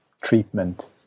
treatment